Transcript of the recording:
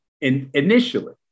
initially